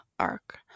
Arc